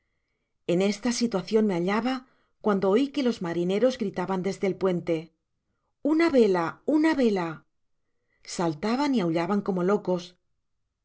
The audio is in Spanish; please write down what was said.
en esta situacion me hallaba cuando oi que los marineros gritaban desde el puente ajuna vela ana vela saltaban y aullaban como locos